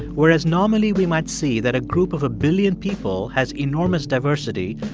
whereas normally we might see that a group of a billion people has enormous diversity,